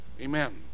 Amen